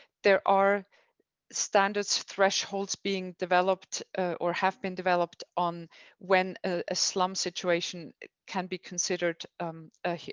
there are standards thresholds being developed or have been developed on when a slum situation can be considered um a